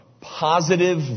positive